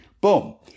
Boom